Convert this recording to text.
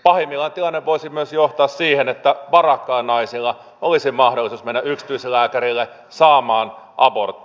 pahimmillaan tilanne voisi myös johtaa siihen että varakkailla naisilla olisi mahdollisuus mennä yksityislääkärille saamaan abortti